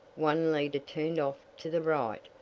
one leader turned off to the right,